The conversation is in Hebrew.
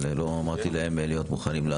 לא אמרתי להם להיות מוכנים.